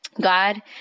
God